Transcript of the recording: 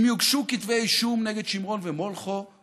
אם יוגשו כתבי אישום נגד שמרון ומולכו,